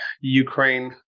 ukraine